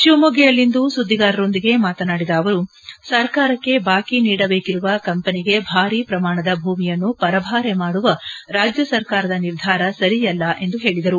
ಶಿವಮೊಗ್ಗದಲ್ಲಿಂದು ಸುದ್ದಿಗಾರರೊಂದಿಗೆ ಮಾತನಾಡಿದ ಅವರು ಸರ್ಕಾರಕ್ಕೆ ಬಾಕಿ ನೀಡಬೇಕಿರುವ ಕಂಪನಿಗೆ ಭಾರೀ ಪ್ರಮಾಣದ ಭೂಮಿಯನ್ನು ಪರಬಾರೆ ಮಾಡುವ ರಾಜ್ಯ ಸರ್ಕಾರದ ನಿರ್ಧಾರ ಸರಿಯಲ್ಲ ಎಂದು ಹೇಳಿದರು